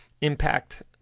impact